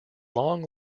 long